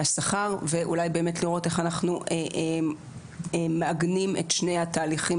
השכר ואולי באמת לראות איך אנחנו מעגנים את שני התהליכים